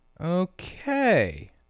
Okay